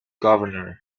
governor